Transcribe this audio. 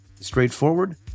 straightforward